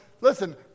listen